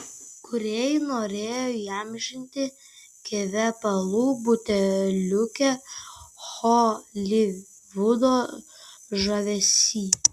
kūrėjai norėjo įamžinti kvepalų buteliuke holivudo žavesį